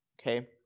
Okay